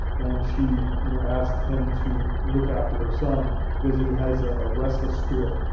and she you know asked him to look after her son because he has a ah restless spirit.